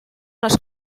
les